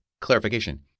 clarification